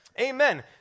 Amen